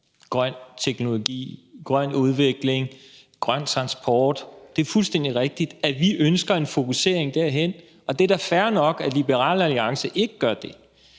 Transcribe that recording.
grøn teknologi, grøn udvikling, grøn transport. Det er fuldstændig rigtigt, at vi ønsker en fokusering derhen, og det er da fair nok, at Liberal Alliance ikke gør det.